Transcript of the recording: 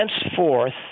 henceforth